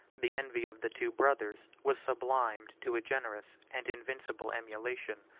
the envy of the two brothers was sublimed to a generous and invincible emulation.